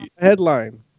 headline